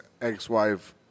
ex-wife